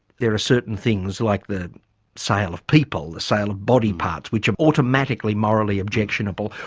there are certain things like the sale of people, the sale of body parts, which are automatically morally objectionable.